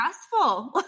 stressful